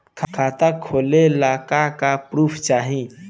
खाता खोलले का का प्रूफ चाही?